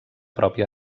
pròpia